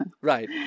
Right